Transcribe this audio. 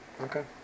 Okay